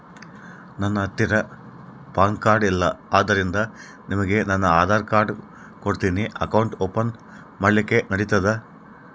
ನನ್ನ ಹತ್ತಿರ PAN card ಇಲ್ಲ ಆದ್ದರಿಂದ ನಿಮಗೆ ನನ್ನ ಆಧಾರ್ ಕಾರ್ಡ್ ಕೊಡ್ತೇನಿ ಅಕೌಂಟ್ ಓಪನ್ ಮಾಡ್ಲಿಕ್ಕೆ ನಡಿತದಾ?